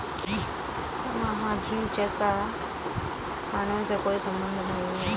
महाजनी चेक का कानून से कोई संबंध नहीं है